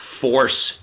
force